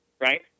right